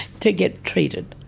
to get treated.